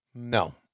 No